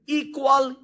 equal